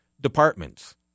departments